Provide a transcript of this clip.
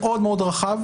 מאוד רלוונטי לאזרח.